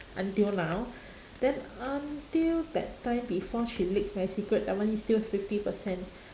until now then until that time before she leaked my secret that one is still fifty percent